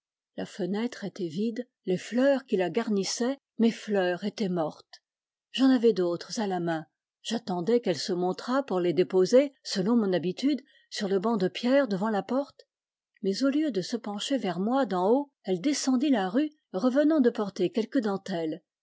la fenêtre était vide les fleurs qui la garnissaient mes fleurs étaient mortes j'en avais d'autres à la main j'attendais qu'elle se montrât pour les déposer selon mon habitude sur le banc de pierre devant la porte mais au lieu de se pencher vers moi d'en haut elle descendit la rue revenant de porter quelque dentelle